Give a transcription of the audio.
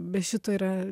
be šito yra